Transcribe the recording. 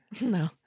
No